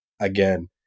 Again